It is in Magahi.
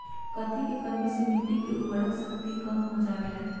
कथी के कमी से मिट्टी के उर्वरक शक्ति कम हो जावेलाई?